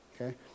okay